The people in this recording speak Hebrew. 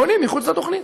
בונים מחוץ לתוכנית.